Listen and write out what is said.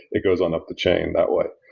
it goes on up the chain that way.